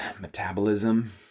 metabolism